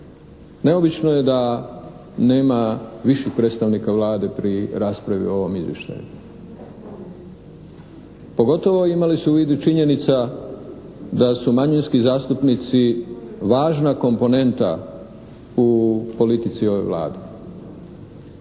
Neobično je da nema viših predstavnika Vlade pri raspravi o ovom izvještaju, pogotovo ima li se u vidu činjenica da su manjinski zastupnici važna komponenta u politici ove Vlade.